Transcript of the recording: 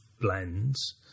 blends